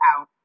out